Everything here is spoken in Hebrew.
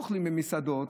אוכלים במסעדות,